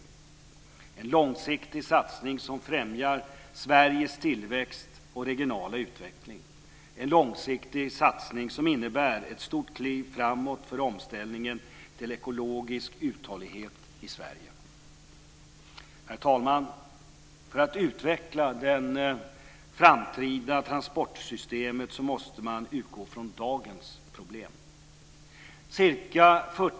Det är en långsiktig satsning som främjar Sveriges tillväxt och regionala utveckling, en långsiktig satsning som innebär ett stort kliv framåt för omställningen till ekologisk uthållighet i Sverige. Herr talman! För att utveckla det framtida transportsystemet måste man utgå från dagens problem.